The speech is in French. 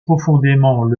profondément